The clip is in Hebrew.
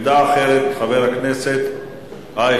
עמדה אחרת לחבר הכנסת אייכלר.